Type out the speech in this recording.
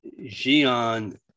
Xi'an